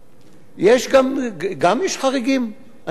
יש גם חריגים, אני מסכים לזה.